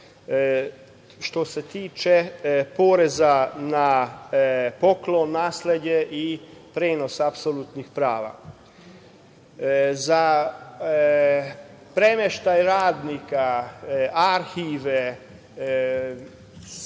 što se tiče poreza na poklon, nasleđe i prenos apsolutnih prava, Za premeštaj radnika, arhive,